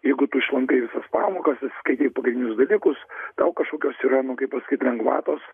jeigu tu išlankai visas pamokas atsiskaitai pagrindinius dalykus tau kažkokios yra nu kaip pasakyt lengvatos